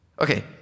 Okay